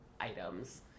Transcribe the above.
items